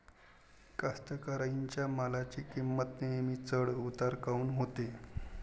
कास्तकाराइच्या मालाची किंमत नेहमी चढ उतार काऊन होते?